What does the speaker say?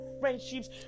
friendships